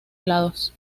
lados